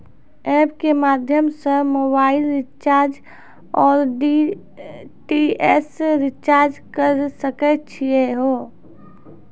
App के माध्यम से मोबाइल रिचार्ज ओर डी.टी.एच रिचार्ज करऽ सके छी यो?